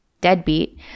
deadbeat